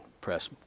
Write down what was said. press